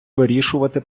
вирішувати